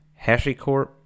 HashiCorp